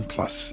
Plus